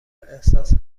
احساس